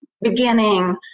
beginning